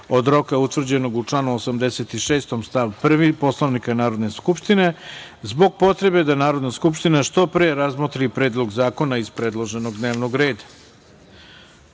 od roka utvrđenog u članu 86. stav 1. Poslovnika Narodne skupštine, zbog potrebe da Narodna skupština što pre razmotri predlog zakona iz predloženog dnevnog reda.U